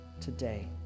today